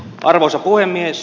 arvoisa puhemies